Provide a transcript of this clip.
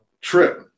trip